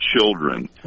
children